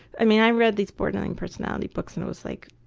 i mean i read these borderline personality books and i was like,